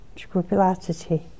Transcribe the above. scrupulosity